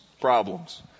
problems